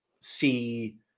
see